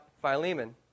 Philemon